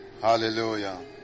Hallelujah